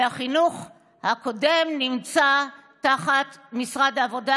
והחינוך הקודם נמצא תחת משרד העבודה,